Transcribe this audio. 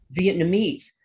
Vietnamese